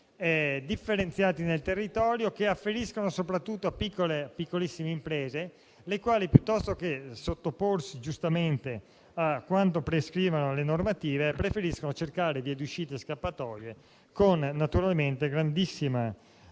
differenziati nel territorio che afferiscono soprattutto a piccolissime imprese, le quali, piuttosto che sottoporsi, giustamente, a quanto prescrivono le normative, preferiscono cercare vie d'uscita e scappatoie, con conseguenze